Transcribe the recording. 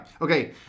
Okay